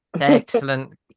excellent